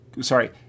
sorry